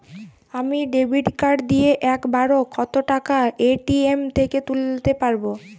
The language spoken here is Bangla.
আমি ডেবিট কার্ড দিয়ে এক বারে কত টাকা এ.টি.এম থেকে তুলতে পারবো?